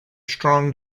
strong